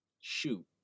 Shoot